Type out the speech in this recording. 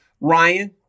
Ryan